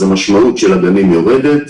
אז המשמעות של הגנים יורדת.